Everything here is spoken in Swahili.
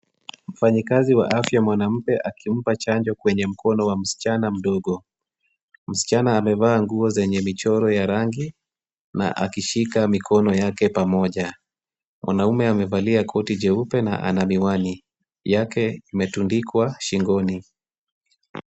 Mfanyikazi wa afya mwanamke akimpa chanjo kwenye mkono wa msichana mdogo. Msichana amevaa nguo zenye michoro ya rangi na akishika mikono yake pamoja. Mwanaume amevalia koti jeupe na ana miwani yake imetundikwa shingoni.